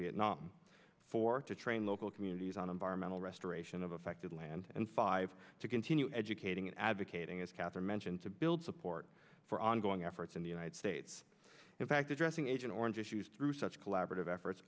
vietnam for to train local communities on environmental restoration of affected land and five to continue educating advocating is catherine mentioned to build support for ongoing efforts in the united states in fact addressing agent orange issues through such collaborative efforts